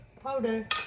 powder